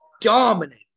dominate